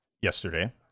yesterday